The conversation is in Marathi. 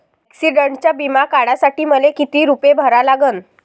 ॲक्सिडंटचा बिमा काढा साठी मले किती रूपे भरा लागन?